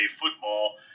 football